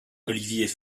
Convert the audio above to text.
olivier